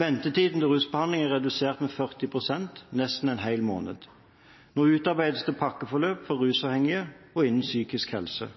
Ventetiden til rusbehandling er redusert med 40 pst., nesten en hel måned. Nå utarbeides det pakkeforløp for rusavhengige og innen psykisk helse.